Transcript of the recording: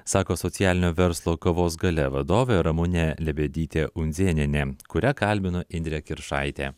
sako socialinio verslo kavos galia vadovė ramunė lebedytė undzėnienė kurią kalbino indrė kiršaitė